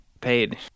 paid